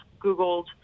Googled